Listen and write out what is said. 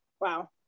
Wow